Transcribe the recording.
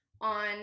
on